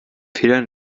fehler